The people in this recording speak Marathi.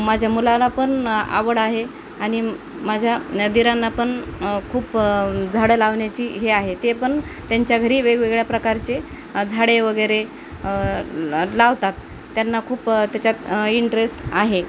माझ्या मुलाला पण आवड आहे आणि माझ्या दिरांना पण खूप झाडं लावण्याची हे आहे ते पण त्यांच्या घरी वेगवेगळ्या प्रकारचे झाडे वगैरे लावतात त्यांना खूप त्याच्यात इंटरेस आहे